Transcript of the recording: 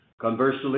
Conversely